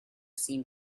seem